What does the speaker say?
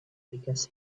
because